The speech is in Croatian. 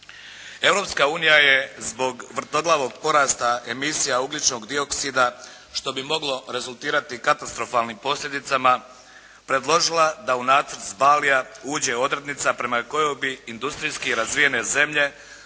Europska unija je zbog vrtoglavog porasta emisija ugljičnog dioksida, što bi moglo rezultirati katastrofalnim posljedicama predložila da u nacrt s Balija uđe odrednica prema kojoj bi industrijski razvijene zemlje